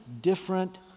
different